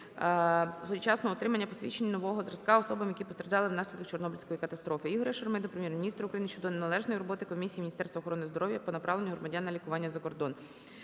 несвоєчасного отримання посвідчень нового зразку особам, які постраждали внаслідок Чорнобильської катастрофи. ІгоряШурми до Прем'єр-міністра України щодо неналежної роботи Комісії Міністерства охорони здоров'я по направленню громадян на лікування за кордон.